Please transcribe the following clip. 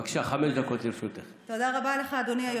בבקשה, חמש דקות לרשותך.